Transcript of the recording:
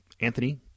Anthony